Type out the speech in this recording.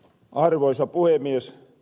arvoisa puhemies